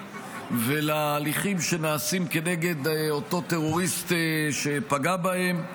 ולהליכים שנעשים כנגד אותו טרוריסט שפגע בהם.